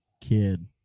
kid